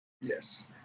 Yes